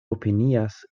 opinias